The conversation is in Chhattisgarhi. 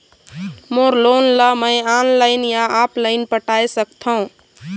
मोर लोन ला मैं ऑनलाइन या ऑफलाइन पटाए सकथों?